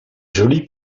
joli